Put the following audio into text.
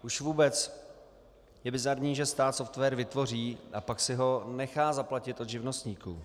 Už vůbec je bizarní, že stát systém vytvoří, a pak si ho nechá zaplatit od živnostníků.